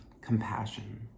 compassion